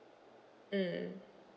mm